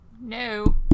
No